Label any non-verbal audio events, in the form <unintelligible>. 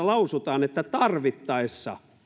<unintelligible> lausutaan että tarvittaessa